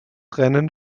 rennen